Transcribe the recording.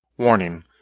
Warning